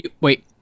wait